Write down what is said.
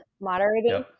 moderating